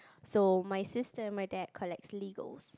so my sister my dad collect Legos